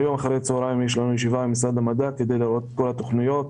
היום אחר הצוהריים יש לנו ישיבה עם משרד המדע כדי לראות את כל התכניות.